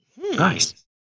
Nice